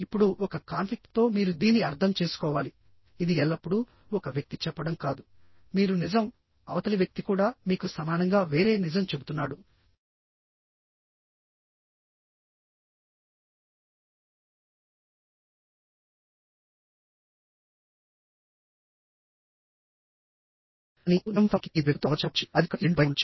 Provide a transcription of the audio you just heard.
ఇప్పుడు ఒక కాన్ఫ్లిక్ట్ తో మీరు దీని అర్థం చేసుకోవాలి ఇది ఎల్లప్పుడూ ఒక వ్యక్తి చెప్పడం కాదు మీరు నిజం అవతలి వ్యక్తి కూడా మీకు సమానంగా వేరే నిజం చెబుతున్నాడు కానీ అప్పుడు నిజం వాస్తవానికి ఈ ఇద్దరు వ్యక్తులతో అబద్ధం చెప్పకపోవచ్చు అది ఎక్కడో ఈ రెండుటి బయట ఉండవచ్చు